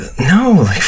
No